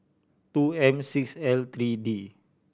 two M six L three D